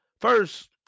First